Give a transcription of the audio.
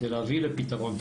כדי להביא לפתרון.